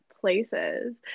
places